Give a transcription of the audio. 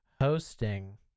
Hosting